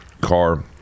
car